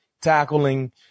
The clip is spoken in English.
tackling